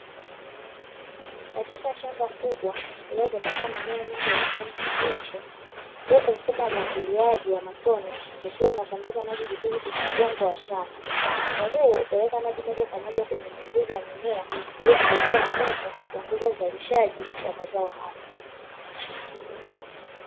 Katika shamba kubwa lililotapakaa mimea mingi ya kijani kibichi huku mfumo wa umwagiliaji wa matone ukiwa unasambaza maji vizuri kwenye udongo wa shamba. Mfumo huu hupeleka maji moja kwa moja kwenye mizizi ya mimea ili kusaidia unyevu na kuongeza uzalishaji wa mazao hayo.